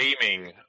Gaming